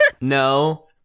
No